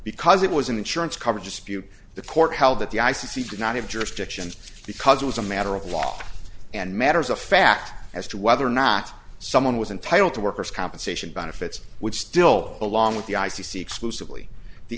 because it was an insurance coverage dispute the court held that the i c c did not have jurisdiction because it was a matter of law and matters of fact as to whether or not someone was entitled to workers compensation benefits which still along with the i c c exclusively the